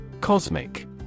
Cosmic